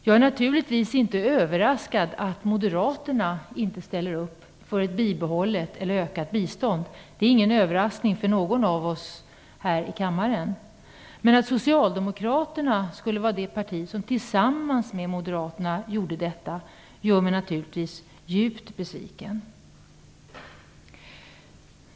Jag är naturligtvis inte överraskad av att Moderaterna inte ställer upp på ett bibehållet eller ökat bistånd. Det är ingen överraskning för någon av oss här i kammaren. Men att Socialdemokraterna skulle vara det parti som tillsammans med Moderaterna gjorde detta gör mig naturligtvis djupt besviken.